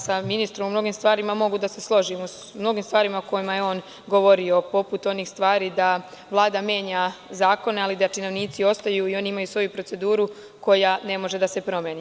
Sa ministrom o mnogim stvarima mogu da se složim, o mnogim stvarima o kojima je on govorio, poput onih stvari da Vlada menja zakone, ali da činovnici ostaju i oni imaju svoju proceduru koja ne može da se promeni.